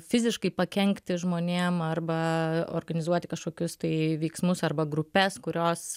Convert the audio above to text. fiziškai pakenkti žmonėm arba organizuoti kažkokius tai veiksmus arba grupes kurios